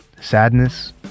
Sadness